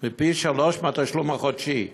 מהתשלום החודשי.